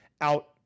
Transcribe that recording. out